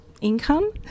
income